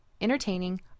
entertaining